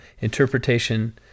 interpretation